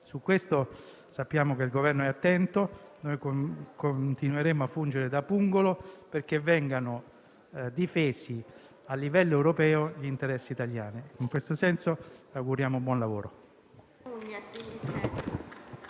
Su questo sappiamo che il Governo è attento e continueremo a fungere da pungolo, perché vengano difesi, a livello europeo, gli interessi italiani. In questo senso, le auguriamo buon lavoro.